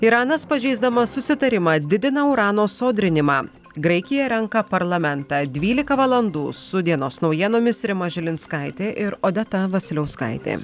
iranas pažeisdamas susitarimą didina urano sodrinimą graikija renka parlamentą dvylika valandų su dienos naujienomis rima žilinskaitė ir odeta vasiliauskaitė